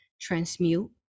transmute